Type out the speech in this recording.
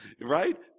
right